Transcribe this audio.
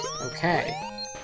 Okay